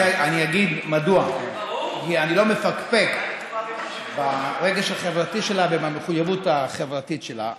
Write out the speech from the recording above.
אני אגיד מדוע: אני לא מפקפק ברגש החברתי שלה ובמחויבות החברתית שלה.